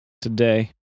today